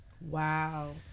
Wow